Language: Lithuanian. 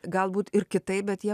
galbūt ir kitaip bet jie